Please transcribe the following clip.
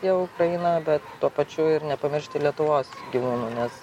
jau praeina bet tuo pačiu ir nepamiršti lietuvos gyvūnų nes